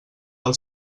del